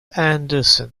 anderson